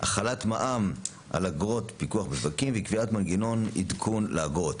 החלת מע"מ על אגרות פיקוח בשווקים וקביעת מנגנון עדכון לאגרות.